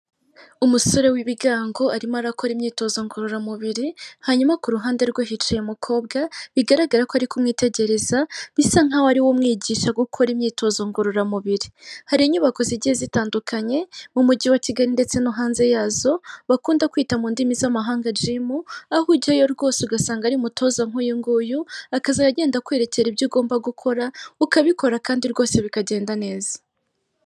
Umusore w'ibigango arimo arakora imyitozo ngororamubiri hanyuma ku ruhande rwe hicaye umukobwa bigaragara ko ari kumwitegereza bisa nk'aho ari umwigisha gukora imyitozo ngororamubiri. Hari inyubako zigiye zitandukanye mu mujyi wa Kigali ndetse no hanze yazo bakunda kwita mu ndimi z'amahanga jimu aho ujyayo rwose ugasanga hari umutoza nkuyu nguyu akazajya agenda akwerekera ibyo ugomba gukora ukabikora kandi rwose bikagenda neza.